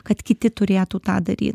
kad kiti turėtų tą daryt